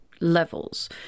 levels